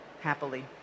happily